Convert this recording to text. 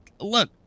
look